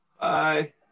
Bye